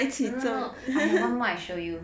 mm no I got one more I show you